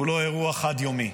הוא לא אירוע חד-יומי,